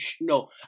No